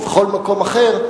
ובכל מקום אחר,